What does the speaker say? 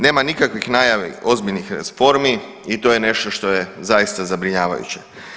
Nema nikakvih najavi ozbiljnih formi i to je nešto što je zaista zabrinjavajuće.